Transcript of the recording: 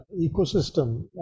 ecosystem